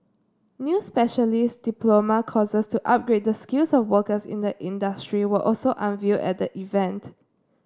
new specialist diploma courses to upgrade the skills of workers in the industry were also unveiled at the event